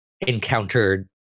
encountered